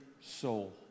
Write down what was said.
soul